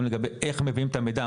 גם לגבי איך מביאים את המידע,